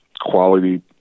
quality